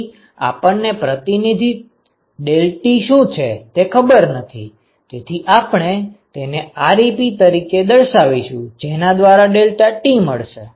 અહીં આપણને પ્રતિનિધિ deltaT શું છે તે ખબર નથી તેથી આપણે તેને ReP તરીકે દર્શાવીશું જેના દ્વારા deltaT મળશે